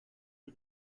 die